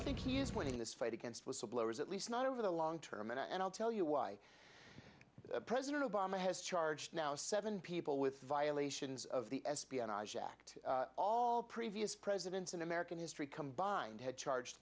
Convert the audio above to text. i think he is winning this fight against whistleblowers at least not over the long term and i'll tell you why president obama has charged now seven people with violations of the espionage act all previous presidents in american history combined have charge